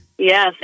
Yes